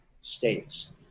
states